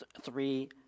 three